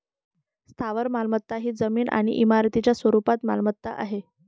स्थावर मालमत्ता ही जमीन आणि इमारतींच्या स्वरूपात मालमत्ता आहे